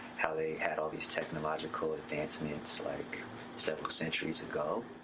how they had all these technological advancements like several centuries ago.